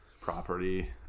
property